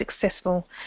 successful